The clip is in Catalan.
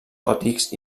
gòtics